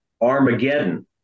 Armageddon